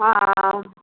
हँ